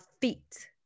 feet